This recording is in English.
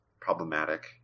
problematic